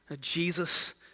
Jesus